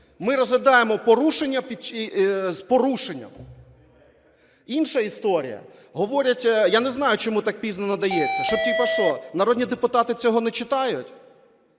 Ми розглядаємо порушення з порушенням. Інша історія. Я не знаю, чому так пізно надається. Що типу, що народні депутати цього не читають?